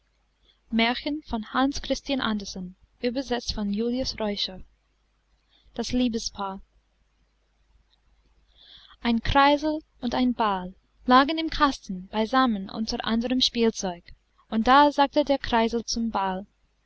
das liebespaar ein kreisel und ein ball lagen im kasten beisammen unter anderem spielzeug und da sagte der kreisel zum ball